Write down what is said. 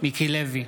מיקי לוי,